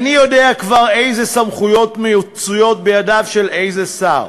איני יודע כבר איזה סמכויות מצויות בידיו של איזה שר,